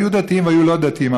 היו דתיים והיו לא דתיים,